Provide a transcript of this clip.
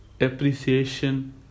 appreciation